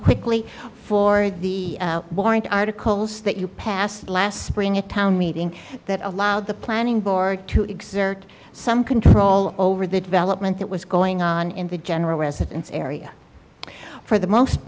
quickly for the warrant articles that you passed last spring a town meeting that allowed the planning board to exert some control over the development that was going on in the general residence area for the most